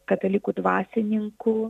katalikų dvasininkų